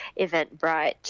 Eventbrite